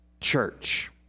church